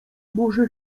może